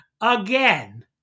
again